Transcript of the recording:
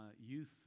Youth